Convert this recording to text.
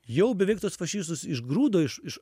jau beveik tuos fašistus išgrūdo iš iš